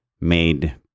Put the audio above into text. made